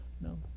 no